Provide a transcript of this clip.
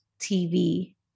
tv